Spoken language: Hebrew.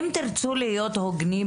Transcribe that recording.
אם תרצו להיות קצת הוגנים,